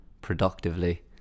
productively